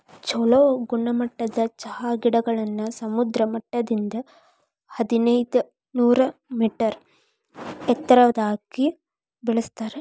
ಚೊಲೋ ಗುಣಮಟ್ಟದ ಚಹಾ ಗಿಡಗಳನ್ನ ಸಮುದ್ರ ಮಟ್ಟದಿಂದ ಹದಿನೈದನೂರ ಮೇಟರ್ ಎತ್ತರದಾಗ ಬೆಳೆಸ್ತಾರ